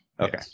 Okay